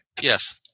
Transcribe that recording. Yes